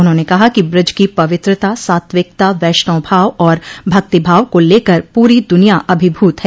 उन्होंने कहा कि ब्रज की पवित्रता सात्विकता वैष्णव भाव और भक्तिभाव को लेकर पूरी दुनिया अभिभूत है